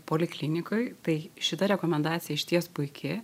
poliklinikoj tai šita rekomendacija išties puiki